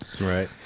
Right